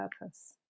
purpose